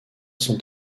sont